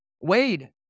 Wade